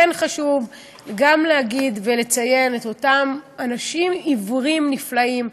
חשוב גם להגיד ולציין את אותם אנשים עיוורים נפלאים,